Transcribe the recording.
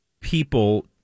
people